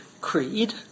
creed